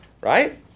right